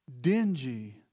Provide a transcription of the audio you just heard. dingy